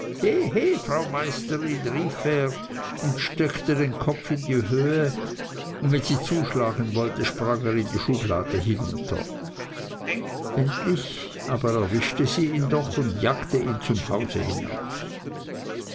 frau meisterin rief er und steckte den kopf in die höhe und wenn sie zuschlagen wollte sprang er in die schublade hinunter endlich aber erwischte sie ihn doch und jagte ihn zum haus hinaus